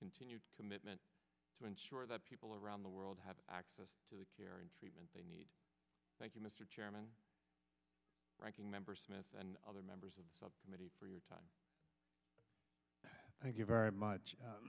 continued commitment to ensure that people around the world have access to the care and treatment they need thank you mr chairman ranking member smith and other members of the committee for your time thank you very much